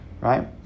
right